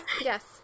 Yes